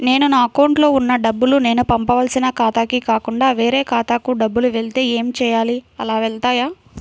నేను నా అకౌంట్లో వున్న డబ్బులు నేను పంపవలసిన ఖాతాకి కాకుండా వేరే ఖాతాకు డబ్బులు వెళ్తే ఏంచేయాలి? అలా వెళ్తాయా?